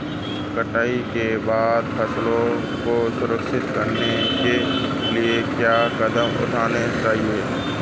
कटाई के बाद फसलों को संरक्षित करने के लिए क्या कदम उठाने चाहिए?